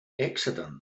accident